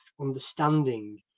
understanding